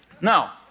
Now